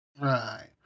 Right